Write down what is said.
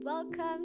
Welcome